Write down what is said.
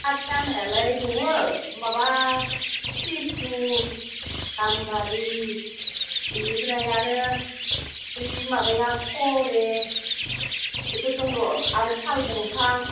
खात जानायालाय दङ माबा सिसु गाम्बारि इनिफ्राय आरो ओइ माबाया खरे इफोर दं र' आरो साल बंफां